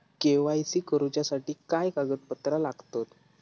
KYC करूच्यासाठी काय कागदपत्रा लागतत?